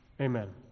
Amen